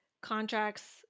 contracts